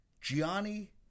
Gianni